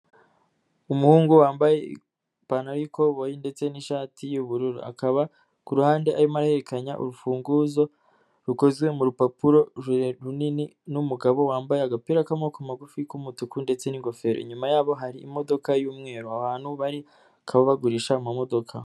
Umuhungu wambaye ipantaro y'ikoboyi ndetse n'ishati y'ubururu, akaba ku ruhande arimo ahererekanya urufunguzo rukozezwe mu rupapuro, rurere, runini n'umugabo wambaye agapira k'amaboko magufi k'umutuku ndetse n'ingofero, inyuma yabo hari imodoka y'umweru, aho hantu bari bakaba bagurisha amamodoka.